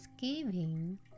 giving